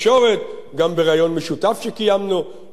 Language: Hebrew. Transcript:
גם בריאיון משותף שקיימנו לפני כשנה.